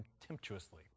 contemptuously